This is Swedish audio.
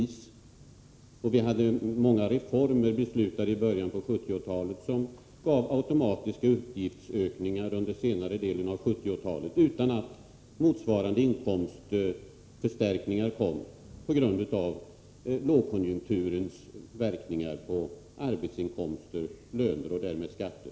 Dessutom beslöt vi om många reformer i början av 1970-talet som gav automatiska utgiftsökningar under senare delen av 1970-talet utan att man fick motsvarande inkomstförstärkningar på grund av lågkonjunkturens verkningar på arbetsinkomster, löner och därmed skatter.